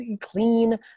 clean